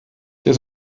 der